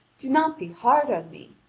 do not be hard on me!